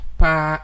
pa